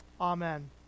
Amen